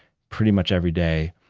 pretty much every day,